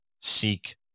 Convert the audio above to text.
seek